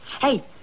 Hey